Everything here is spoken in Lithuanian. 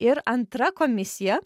ir antra komisija